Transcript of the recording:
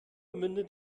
mündet